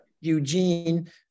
Eugene